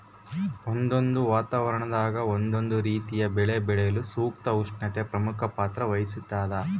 ಒಂದೊಂದು ವಾತಾವರಣದಾಗ ಒಂದೊಂದು ರೀತಿಯ ಬೆಳೆ ಬೆಳೆಯಲು ಸೂಕ್ತ ಉಷ್ಣತೆ ಪ್ರಮುಖ ಪಾತ್ರ ವಹಿಸ್ತಾದ